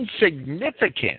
insignificant